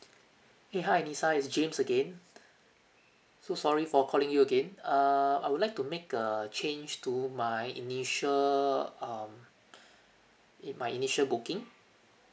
eh hi lisa is james again so sorry for calling you again err I would like to make a change to my initial um in my initial booking